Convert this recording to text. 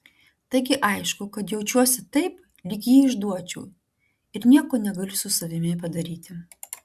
taigi aišku kad jaučiuosi taip lyg jį išduočiau ir nieko negaliu su savimi padaryti